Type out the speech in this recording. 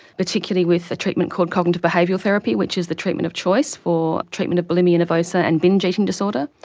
particularly with a treatment called cognitive behavioural therapy which is the treatment of choice for treatment of bulimia nervosa and binge eating disorder.